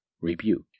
Rebuke